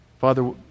Father